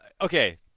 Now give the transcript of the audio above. Okay